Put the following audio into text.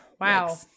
wow